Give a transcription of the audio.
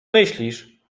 myślisz